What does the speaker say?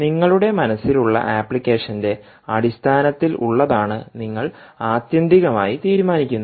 നിങ്ങളുടെ മനസ്സിലുള്ള ആപ്ലിക്കേഷന്റെ അടിസ്ഥാനത്തിലുള്ളതാണ് നിങ്ങൾ ആത്യന്തികമായി തീരുമാനിക്കുന്നത്